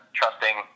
trusting